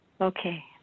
Okay